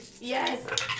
Yes